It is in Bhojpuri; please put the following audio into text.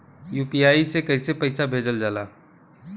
यू.पी.आई से कइसे पैसा भेजल जाला?